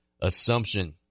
Assumption